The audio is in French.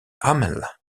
hamel